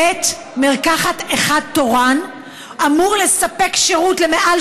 בית מרקחת אחד תורן אמור לספק שירות למעל